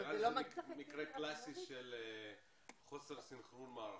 זה נראה לי מקרה קלאסי של חוסר סנכרון מערכות.